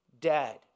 dead